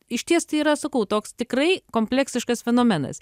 išties tai yra sakau toks tikrai kompleksiškas fenomenas